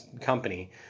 company